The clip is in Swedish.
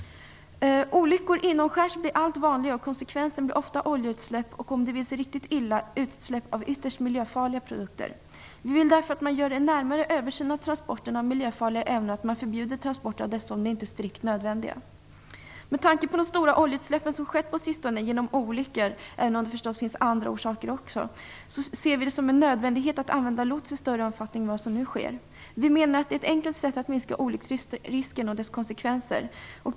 Olyckor inomskärs blir allt vanligare och konsekvensen blir ofta oljeutsläpp och, om det vill sig riktigt illa, utsläpp av ytterst miljöfarliga produkter. Vi vill därför att man gör en närmare översyn av transporterna av miljöfarliga ämnen och förbjuder dem om de inte är strikt nödvändiga. Med tanke på de stora oljeutsläpp som skett på sistone genom olyckor - det finns förstås andra orsaker också - ser vi det som en nödvändighet att använda lots i större omfattning än vad som nu sker. Vi menar att det är ett enkelt sätt att minska olycksrisken och olyckans konsekvenser.